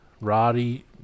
Roddy